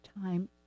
time